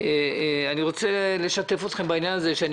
אני רוצה לשתף אתכם בעניין הזה כי אני